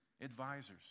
advisors